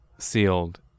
Sealed